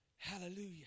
Hallelujah